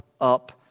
up